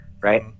right